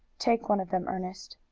take one of them, ernest.